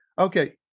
Okay